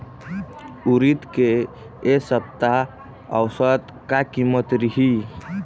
उरीद के ए सप्ता औसत का कीमत रिही?